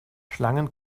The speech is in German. schlangen